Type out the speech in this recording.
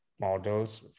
models